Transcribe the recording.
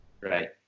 right